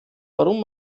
warum